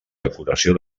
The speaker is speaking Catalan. decoració